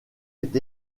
est